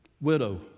widow